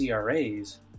CRAs